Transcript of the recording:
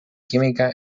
química